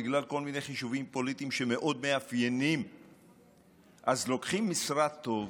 בגלל כל מיני חישובים פוליטיים שמאוד מאפיינים לוקחים משרד טוב,